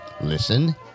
listen